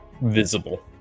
visible